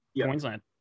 Queensland